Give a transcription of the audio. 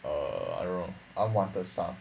er I don't know unwanted stuff